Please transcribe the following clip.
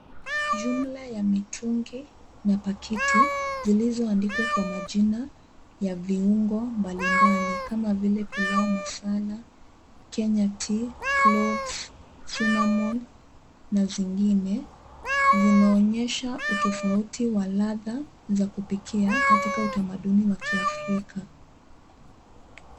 Jumla ya mitungi, mapaketi zilizoandikwa kwa majina ya viungo mbali mbali kama vile: Pilau Masala, Kenya Tea, Cloves, Cinammon na zingine, zimeonyesha utofauti wa ladha za kupikia katika utamaduni wa Kiafrika.